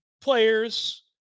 players